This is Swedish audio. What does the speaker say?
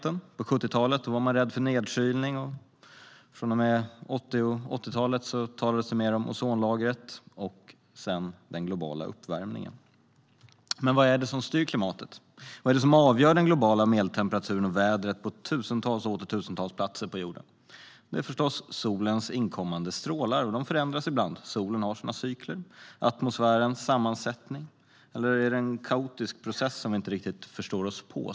På 1970-talet var man rädd för nedkylning, och från och med 1980-talet talades det mer om ozonlagret och den globala uppvärmningen. Vad är det egentligen som styr klimatet? Vad är det som avgör den globala medeltemperaturen och vädret på tusentals och åter tusentals platser på jorden? Det är förstås solens inkommande strålar. De förändras ibland - solen har sina cykler. Det är atmosfärens sammansättning, oceanernas oscillationer, eller är det en kaotisk process som vi inte riktigt kan förutse?